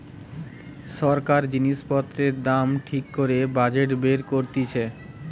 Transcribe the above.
সরকার জিনিস পত্রের দাম ঠিক করে বাজেট বের করতিছে